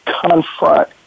confront